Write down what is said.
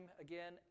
again